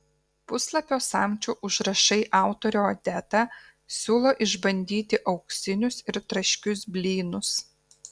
puslapio samčio užrašai autorė odeta siūlo išbandyti auksinius ir traškius blynus